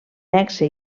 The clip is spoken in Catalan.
nexe